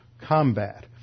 combat